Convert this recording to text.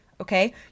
okay